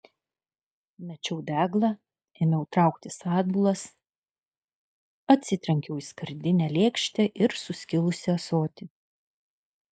mečiau deglą ėmiau trauktis atbulas atsitrenkiau į skardinę lėkštę ir suskilusį ąsotį